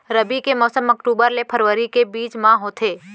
रबी के मौसम अक्टूबर ले फरवरी के बीच मा होथे